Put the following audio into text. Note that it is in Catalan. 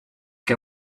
que